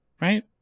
right